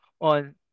on